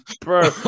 Bro